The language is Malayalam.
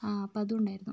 ആ അപ്പം അതുണ്ടായിരുന്നു